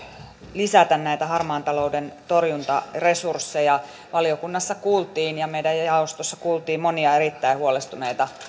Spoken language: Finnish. lisätä näitä harmaan talouden torjuntaresursseja valiokunnassa ja meidän jaostossamme kuultiin monia erittäin huolestuneita